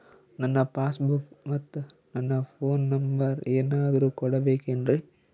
ನನ್ನ passbook ಮತ್ ನನ್ನ ಫೋನ್ ನಂಬರ್ ಏನಾದ್ರು ಕೊಡಬೇಕೆನ್ರಿ?